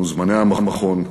מוזמני המכון,